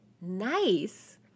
Nice